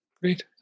Great